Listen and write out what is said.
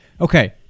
okay